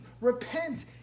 repent